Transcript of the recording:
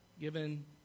given